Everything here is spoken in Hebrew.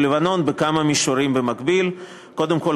לבנון בכמה מישורים במקביל: קודם כול,